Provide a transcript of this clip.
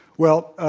well,